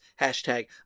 hashtag